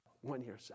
one-year